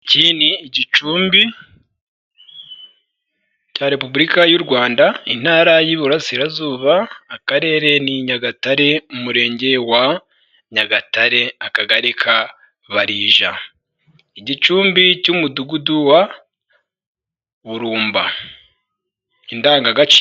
Iki ni Igicumbi cya repubulika y'u Rwanda, intara y'iburasirazuba akarere ni nyagatare umurenge wa nyagatare akagari ka barija, igicumbi cy'umudugudu wa burumba indangagaciro.